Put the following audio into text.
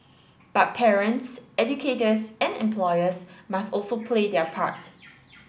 but parents educators and employers must also play their part